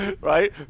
Right